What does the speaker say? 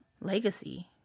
legacy